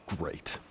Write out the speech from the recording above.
great